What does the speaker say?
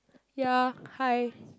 ya hi